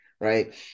right